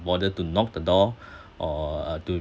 bother to knock the door or to